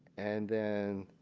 and then,